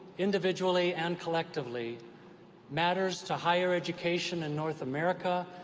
individually and collectively matters to higher education in north america,